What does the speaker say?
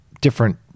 different